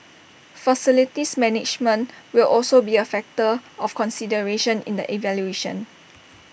facilities management will also be A factor of consideration in the evaluation